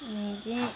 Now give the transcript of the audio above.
अनि चाहिँ